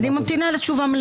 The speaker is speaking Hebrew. בבקשה, אני ממתינה לתשובה.